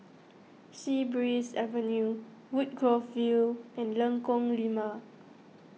Sea Breeze Avenue Woodgrove View and Lengkong Lima